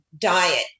diet